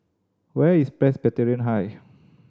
where is Presbyterian High